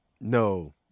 No